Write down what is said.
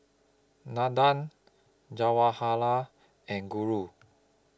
Nandan Jawaharlal and Guru